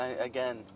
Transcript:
Again